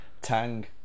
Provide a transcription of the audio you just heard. tang